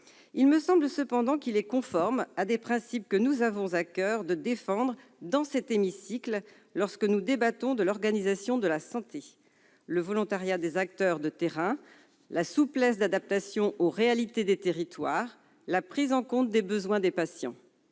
Il nous semble cependant qu'il est conforme à des principes que nous avons à coeur de défendre dans cet hémicycle lorsque nous débattons de l'organisation de la santé : le volontariat des acteurs de terrain, la souplesse d'adaptation aux réalités des territoires, la prise en compte des besoins des patients.